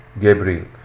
gabriel